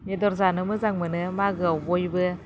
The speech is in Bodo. बेदर जानो मोजां मोनो मागोआव बयबो